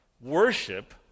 worship